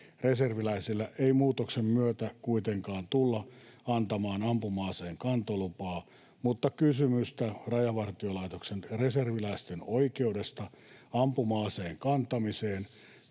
Reserviläisille ei muutoksen myötä kuitenkaan tulla antamaan ampuma-aseen kantolupaa, mutta kysymystä Rajavartiolaitoksen reserviläisten oikeudesta ampuma-aseen kantamiseen